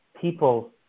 people